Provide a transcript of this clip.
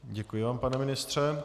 Děkuji vám, pane ministře.